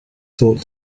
thought